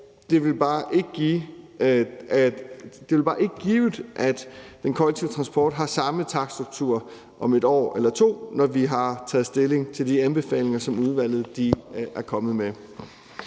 det er bare ikke givet, at den kollektive transport har samme takststruktur om et år eller to, når vi har taget stilling til de anbefalinger, som udvalget er kommet med.